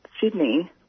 Sydney